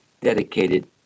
dedicated